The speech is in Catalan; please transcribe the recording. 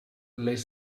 les